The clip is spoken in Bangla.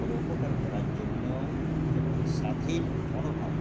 ও উপকার করার জন্য এবং স্বাধীন মনোভাব